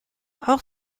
auch